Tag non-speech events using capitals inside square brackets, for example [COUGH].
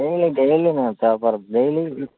[UNINTELLIGIBLE] எவ்ளோண்ணா தேவைப்பட்றது டெய்லி